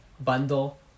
bundle